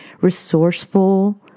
resourceful